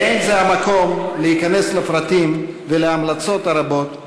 ואין זה המקום להיכנס לפרטים ולהמלצות הרבות,